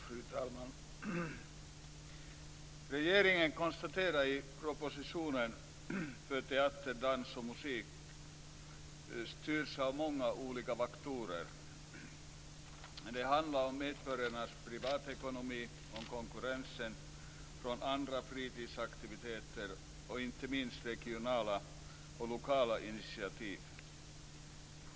Fru talman! Regeringen konstaterar i propositionen att teater, dans och musik styrs av många olika faktorer. Det handlar om medborgarnas privatekonomi, om konkurrensen från andra fritidsaktiviteter och inte minst om regionala och lokala initiativ.